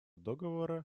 договора